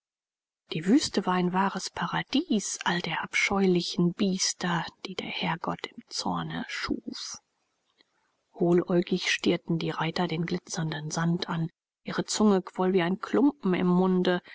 die wüste war ein wahres paradies all der abscheulichen biester die der herrgott im zorne schuf hohläugig stierten die reiter den glitzernden sand an ihre zunge quoll wie ein klumpen im munde